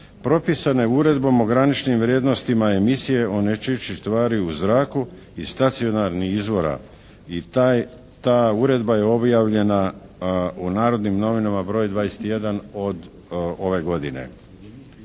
propisana je Uredbom o graničnim vrijednostima emisije onečišćujućih tvari u zraku iz stacionarnih izvora i ta uredba je objavljena u "Narodnim novinama" broj 21 od ove godine.